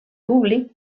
públic